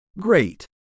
Great